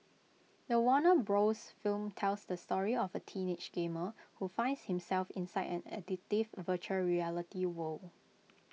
the Warner bros film tells the story of A teenage gamer who finds himself inside an addictive Virtual Reality world